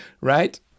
right